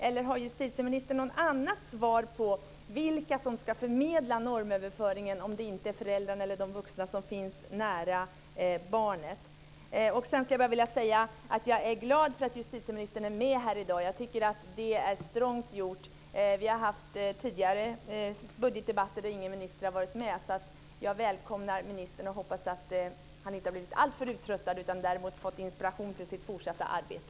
Eller har justitieministern något annat svar på frågan om vilka som ska förmedla normöverföringen om det inte är föräldrarna eller de vuxna som finns nära barnet? Sedan vill jag bara säga att jag är glad åt att justitieministern är med här i dag. Det är strongt. Vi har haft tidigare budgetdebatter där ingen minister har varit med, så jag välkomnar ministern och hoppas att han inte har blivit alltför uttröttad utan fått inspiration till sitt fortsatta arbete.